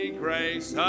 grace